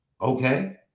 okay